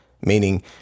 meaning